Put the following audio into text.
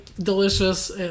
delicious